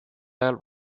ajal